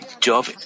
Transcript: Job